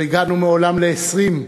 לא הגענו מעולם ל-20,